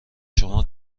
شما